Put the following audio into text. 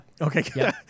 Okay